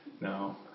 No